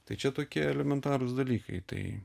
tai čia tokie elementarūs dalykai tai